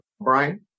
Brian